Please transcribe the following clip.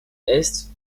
est